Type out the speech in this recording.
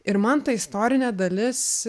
ir man ta istorinė dalis